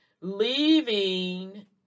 leaving